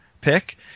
pick